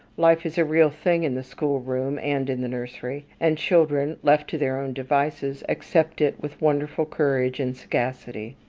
life is a real thing in the school-room and in the nursery and children left to their own devices accept it with wonderful courage and sagacity.